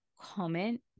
comment